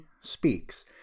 speaks